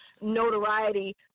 notoriety